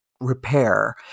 Repair